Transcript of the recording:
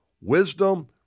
wisdom